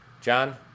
John